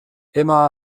emma